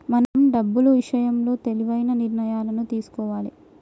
మనం డబ్బులు ఇషయంలో తెలివైన నిర్ణయాలను తీసుకోవాలే